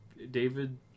David